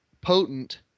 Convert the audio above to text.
potent